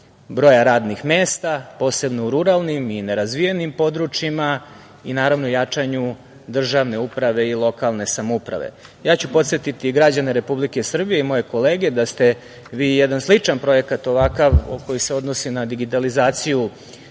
broja radnih mesta, posebno u ruralnim i nerazvijenim područjima i naravno jačanju državne uprave i lokalne samouprave. Podsetiću građane Republike Srbije i moje kolege da ste vi jedan sličan ovakav projekat, koji se odnosi na digitalizaciju